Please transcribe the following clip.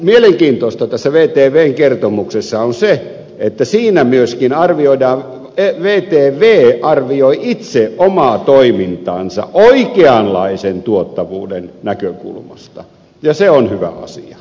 mielenkiintoista tässä vtvn kertomuksessa on se että siinä myöskin vtv arvioi itse omaa toimintaansa oikeanlaisen tuottavuuden näkökulmasta ja se on hyvä asia